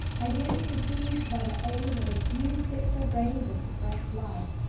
i then perceived by the aid of a few fitful rays of suppressed light,